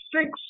six